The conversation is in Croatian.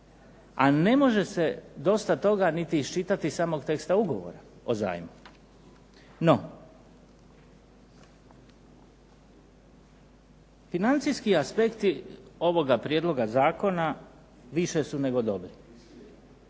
a ne može se dosta toga niti iščitati iz samog teksta ugovora o zajmu. No, financijski aspekti ovoga prijedloga zakona više su nego dobri.